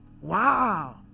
Wow